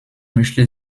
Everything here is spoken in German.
möchte